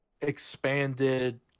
expanded